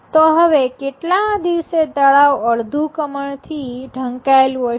તો હવે કેટલામાં દિવસે તળાવ અડધું કમળથી ઢંકાયેલું હશે